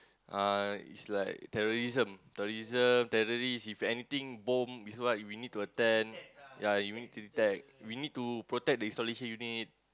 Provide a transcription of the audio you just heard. uh it's like terrorism terrorism terrorist if anything bomb is what we need to attend ya we need to detect we need to protect the installation unit